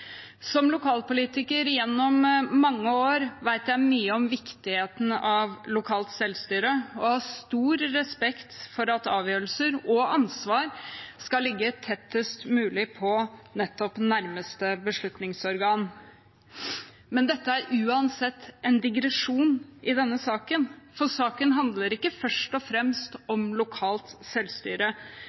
Som lokalpolitiker gjennom mange år vet jeg mye om viktigheten av lokalt selvstyre og har stor respekt for at avgjørelser og ansvar skal ligge tettest mulig på nærmeste beslutningsorgan. Men dette er uansett en digresjon i denne saken, for saken handler ikke først og fremst om lokalt selvstyre,